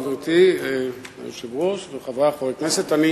גברתי היושבת-ראש וחברי חברי הכנסת, אני